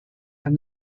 from